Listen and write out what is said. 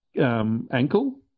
ankle